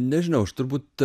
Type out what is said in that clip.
nežinau aš turbūt